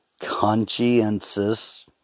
conscientious